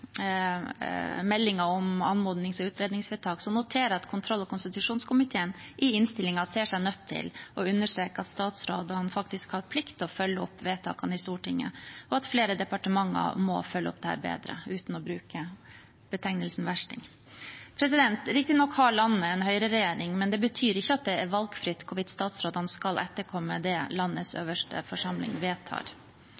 om anmodnings- og utredningsvedtak noterer jeg at kontroll- og konstitusjonskomiteen i innstillingen ser seg nødt til å understreke at statsrådene faktisk har plikt til å følge opp vedtakene i Stortinget, og at flere departementer må følge opp dette bedre – uten å bruke betegnelsen «versting». Riktignok har landet en høyreregjering, men det betyr ikke at det er valgfritt hvorvidt statsrådene skal etterkomme det landets